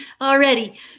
already